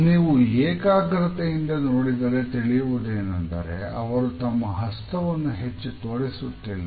ನೀವು ಏಕಾಗ್ರತೆಯಿಂದ ನೋಡಿದರೆ ತಿಳಿಯುವುದೇನೆಂದರೆ ಅವರು ತಮ್ಮ ಹಸ್ತವನ್ನು ಹೆಚ್ಚು ತೋರಿಸುತ್ತಿಲ್ಲ